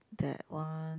that one